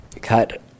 cut